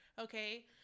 Okay